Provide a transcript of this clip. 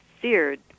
seared